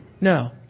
No